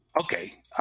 Okay